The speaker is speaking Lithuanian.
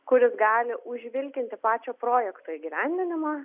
kuris gali užvilkinti pačio projekto įgyvendinimą